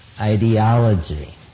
ideology